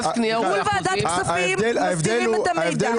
מול ועדת הכספים מסתירים את המידע.